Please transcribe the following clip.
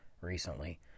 recently